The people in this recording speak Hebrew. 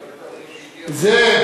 זה,